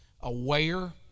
aware